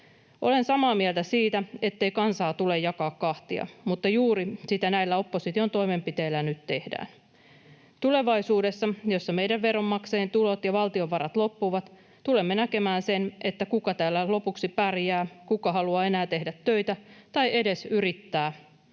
Olen samaa mieltä siitä, ettei kansaa tulee jakaa kahtia, mutta juuri sitä näillä opposition toimenpiteillä nyt tehdään. Tulevaisuudessa, kun meidän veronmaksajiemme tulot ja valtion varat loppuvat, tulemme näkemään sen, kuka täällä lopuksi pärjää, kuka haluaa enää tehdä töitä tai edes yrittää